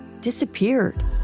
disappeared